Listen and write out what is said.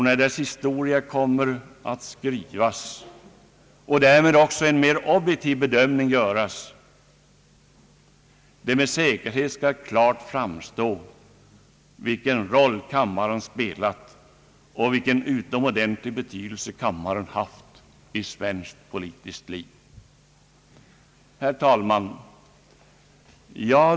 När dess historia kommer att skrivas och därmed också en mer objektiv bedömning kan göras skall det med säkerhet klart fram stå vilken roll första kammaren har spelat och vilken utomordentlig betydelse kammaren har haft i svenskt politiskt liv. Herr talman!